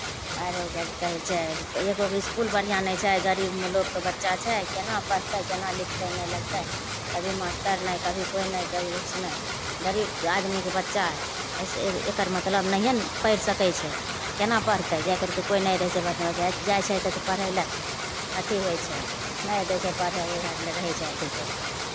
आरो जेकि कहै छै एगो भी इसकुल बढ़िआँ नहि छै गरीब लोकके बच्चा छै केना पढ़तै केना लिखतै नहि लिखतै कभी मास्टर नहि कभी कोइ नहि कभी किछु नहि गरीब आदमीके बच्चा अइसे एकर मतलब नहिए ने पढ़ि सकै छै केना पढ़तै जाय करि कऽ कोइ नहि रहै छै जाइ छै तऽ पढ़य लेल अथी होइ छै नहि दै छै पढ़य उढ़य लेल रहै छै अथी करि कऽ